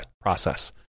process